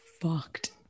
fucked